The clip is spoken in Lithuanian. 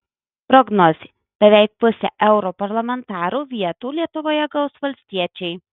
prognozė beveik pusę europarlamentarų vietų lietuvoje gaus valstiečiai